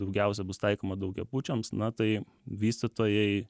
daugiausia bus taikoma daugiabučiams na tai vystytojai